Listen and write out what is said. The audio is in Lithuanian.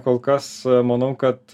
kol kas manau kad